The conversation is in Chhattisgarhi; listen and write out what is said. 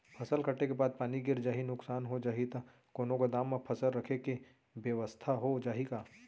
फसल कटे के बाद पानी गिर जाही, नुकसान हो जाही त कोनो गोदाम म फसल रखे के बेवस्था हो जाही का?